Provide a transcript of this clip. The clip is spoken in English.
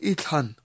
Ithan